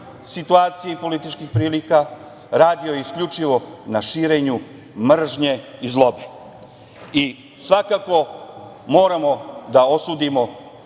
i političkih prilika, radio isključio na širenju mržnje i zlobe. Svakako moramo da osudimo